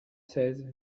seize